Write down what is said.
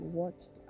watched